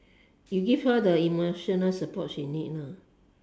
you give her the emotional support she need lah